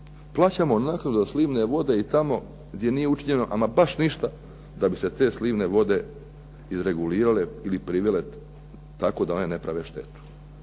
Plaćamo za naknadu za slivne vode i tamo gdje nije učinjeno ama baš ništa da bi se te slivne vode izregulirale ili privele tako da one ne prave štetu.